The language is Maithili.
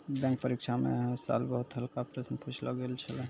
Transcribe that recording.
बैंक परीक्षा म है साल बहुते हल्का प्रश्न पुछलो गेल छलै